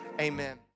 amen